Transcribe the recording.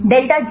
delta G